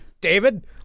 David